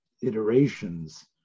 iterations